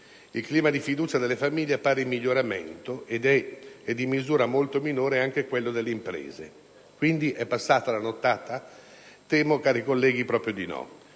Il clima di fiducia delle famiglie appare in miglioramento ed in misura molto minore anche quello delle imprese. È quindi passata la nottata? Cari colleghi, temo proprio di no,